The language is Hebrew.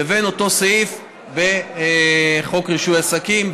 לבין אותו סעיף בחוק רישוי עסקים,